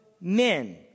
men